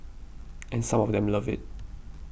and some of them love it